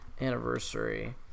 anniversary